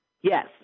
Yes